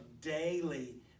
daily